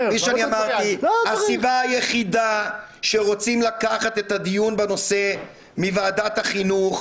הסיבה היחידה שרוצים לקחת את הדיון בנושא מוועדת החינוך,